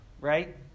right